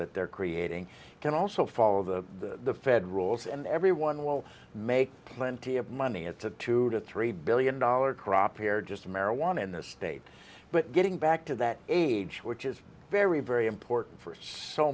that they're creating can also follow the fed rules and everyone will make plenty of money it's a two to three billion dollar crop here just marijuana in the state but getting back to that age which is very very important first so